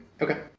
Okay